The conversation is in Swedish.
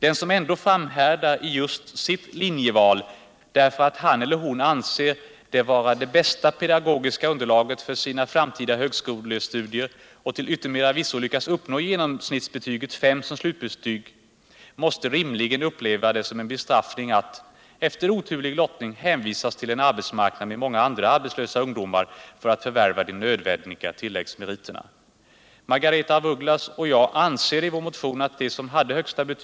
Den som ändå framhärdar i just sitt linjeval därför att han eller hon anser det vara det bästa pedagogiska underlaget för sina framtida högskolestudier och till yttermera visso lyckas uppnå genomsnittsbetyget 5 som slutbetyg måste rimligen uppleva det som en bestraffning att, efter oturlig lottning, hänvisas till en arbetsmarknad med många andra arbetslösa ungdomar för att förvärva de nödvändiga tilläggsmeriterna.